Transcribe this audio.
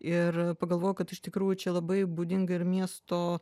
ir pagalvojau kad iš tikrųjų čia labai būdinga ir miesto